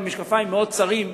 אבל במשקפיים מאוד צרים.